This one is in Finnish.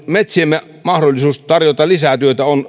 metsiemme mahdollisuus tarjota lisää työtä on